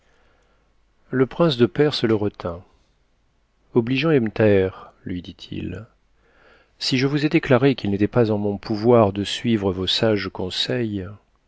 le prince de perse le retint obligeant ebn thaher lui dit-il si je vous ai déclaré qu'il n'était pas en mon pouvoir de suivre vos sages conseils